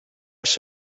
als